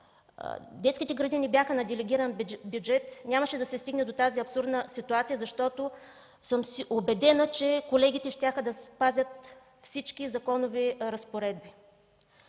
детските градини бяха на делегиран бюджет, нямаше да се стигне до тази абсурдна ситуация, защото съм сигурна, че колегите щяха да спазят всички законови разпоредби.